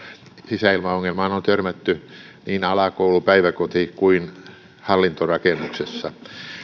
sisäilmaongelmaan on törmätty niin alakoulu päiväkoti kuin hallintorakennuksissakin